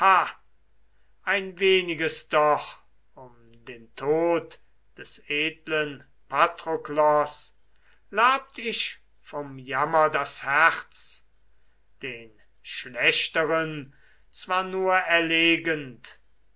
ein weniges doch um den tod des edlen patroklos labt ich vom jammer das herz den schlechteren zwar nur erlegend